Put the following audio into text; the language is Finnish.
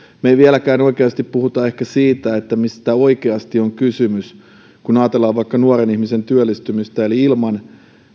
me emme vieläkään oikeasti puhu ehkä siitä mistä oikeasti on kysymys kun ajatellaan vaikka nuoren ihmisen työllistymistä ilman